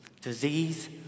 Disease